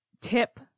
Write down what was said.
tip